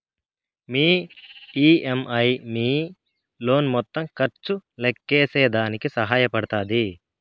మీ EMI మీ loan మొత్తం ఖర్చు లెక్కేసేదానికి సహాయ పడతాది